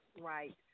right